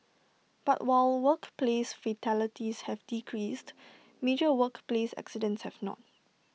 but while workplace fatalities have decreased major workplace accidents have not